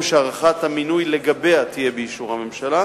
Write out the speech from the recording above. שהארכת המינוי לגביה תהיה באישור הממשלה.